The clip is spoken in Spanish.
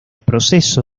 proceso